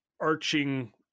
arching